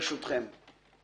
ברשותכם,